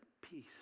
peace